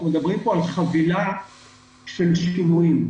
אנחנו מדברים פה על חבילה של שינויים.